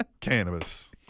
Cannabis